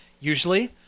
usually